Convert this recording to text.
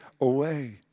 away